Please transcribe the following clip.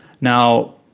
now